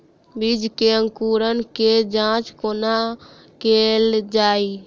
बीज केँ अंकुरण केँ जाँच कोना केल जाइ?